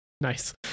nice